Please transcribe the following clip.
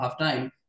halftime